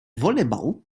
volleybal